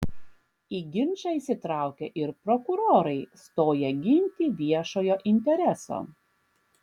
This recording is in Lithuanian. į ginčą įsitraukė ir prokurorai stoję ginti viešojo intereso